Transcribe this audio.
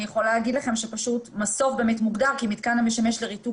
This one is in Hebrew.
אני יכול להגיד לכם שמסוף באמת מוגדר כמתקן המשמש לריתוק